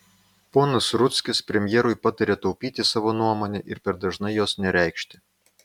ponas rudzkis premjerui pataria taupyti savo nuomonę ir per dažnai jos nereikšti